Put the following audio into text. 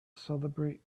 celebrate